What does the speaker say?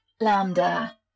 lambda